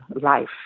life